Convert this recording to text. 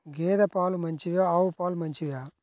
గేద పాలు మంచివా ఆవు పాలు మంచివా?